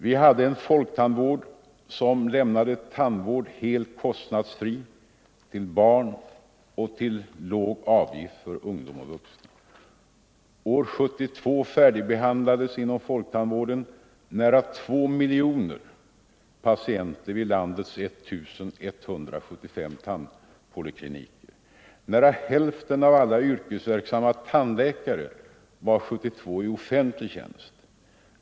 Vi hade en folktandvård som lämnade tandvård helt kostnadsfritt till barn och till låg avgift för ungdom och vuxna. År 1972 färdigbehandlades inom folktandvården nära 2 miljoner patienter vid landets 1175 tandpolikliniker. Nära hälften av alla yrkesverksamma tandläkare var 1972 i offentlig tjänst.